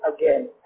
again